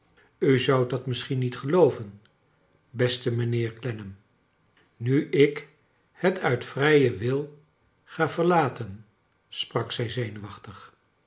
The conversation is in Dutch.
u zoudt dat misschien niet gelooven beste mijnheer clennam nu ik het nit vrijen wil ga verlaten sprak zij zenuwachtig